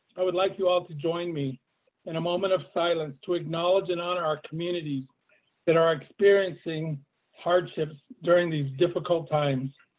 i would like you all to join me in a moment of silence to acknowledge and honor our community that are experiencing hardships during these difficult times.